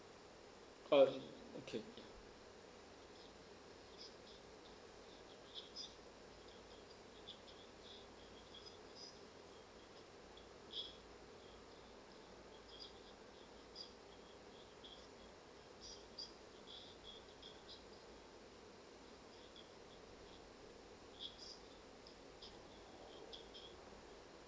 uh okay